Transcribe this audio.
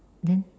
then